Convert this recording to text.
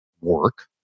work